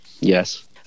Yes